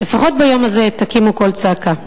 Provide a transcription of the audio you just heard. לפחות ביום הזה תקימו קול צעקה,